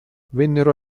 vennero